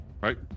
Right